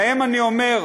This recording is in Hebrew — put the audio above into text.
להם אני אומר: